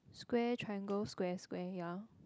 square triangle square square ya